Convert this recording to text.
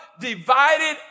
divided